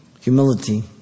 Humility